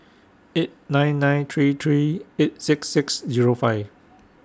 eight nine nine three three eight six six Zero five